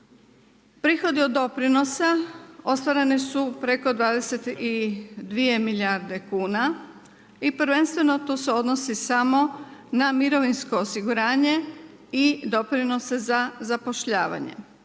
Prihodi od doprinosa, ostvareni su preko 22 milijardi kuna, i prvenstveno to se odnosi na mirovinsko osiguranje i doprinose za zapošljavanje,